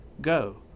Go